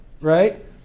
right